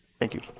thank you.